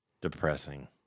depressing